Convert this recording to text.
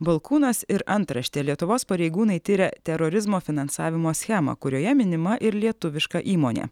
balkūnas ir antraštė lietuvos pareigūnai tiria terorizmo finansavimo schemą kurioje minima ir lietuviška įmonė